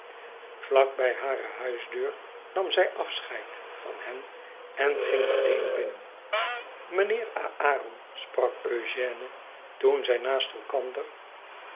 bij hare huisdeur nam zij afscheid van hen en ging alleen binnen mijnheer aon sprak ëugène toen zij naast elkander